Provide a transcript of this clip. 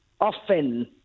often